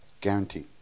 Guarantee